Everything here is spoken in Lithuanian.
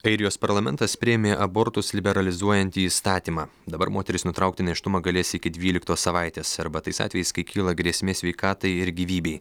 airijos parlamentas priėmė abortus liberalizuojantį įstatymą dabar moteris nutraukti nėštumą galės iki dvyliktos savaitės arba tais atvejais kai kyla grėsmė sveikatai ir gyvybei